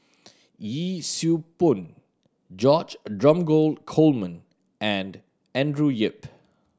Yee Siew Pun George Dromgold Coleman and Andrew Yip